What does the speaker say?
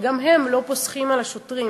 שגם היא לא פוסחת השוטרים.